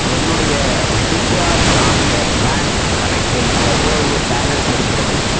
என்னுடைய ஒடிஷா கிராமிய பேங்க் கணக்கில் எவ்வளவு பேலன்ஸ் இருக்கிறது